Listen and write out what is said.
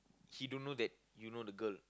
he don't know that you know the girl